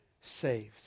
saved